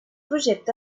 projecte